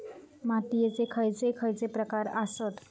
मातीयेचे खैचे खैचे प्रकार आसत?